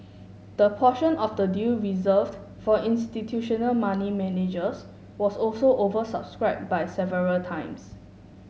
the portion of the deal reserved for institutional money managers was also oversubscribed by several times